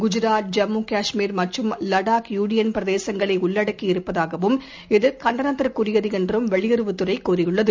குஜராத் ஜம்முகாஷ்மீர் மற்றும் லடாக் யூனியன் பிரதேசங்களைஉள்ளடக்கியிருப்பதாகவும் இது கண்டனத்துக்குரியதுஎன்றும் வெளியுறவுத் துறைதெரிவித்துள்ளது